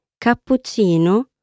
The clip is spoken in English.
cappuccino